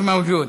מיש מווג'וד,